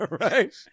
Right